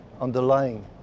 underlying